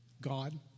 God